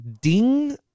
ding